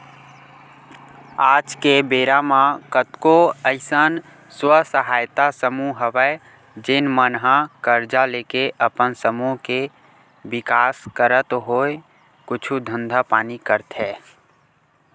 आज के बेरा म कतको अइसन स्व सहायता समूह हवय जेन मन ह करजा लेके अपन समूह के बिकास करत होय कुछु धंधा पानी करथे